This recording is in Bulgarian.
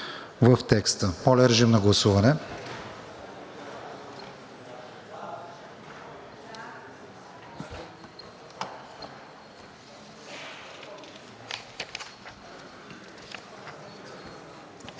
в текста. Моля, режим на гласуване.